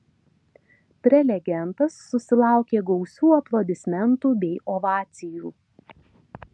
prelegentas susilaukė gausių aplodismentų bei ovacijų